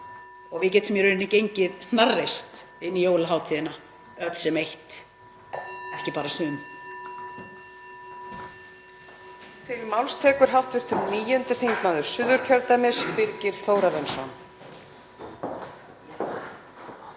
og við getum gengið hnarreist inn í jólahátíðina öll sem eitt, ekki bara sum.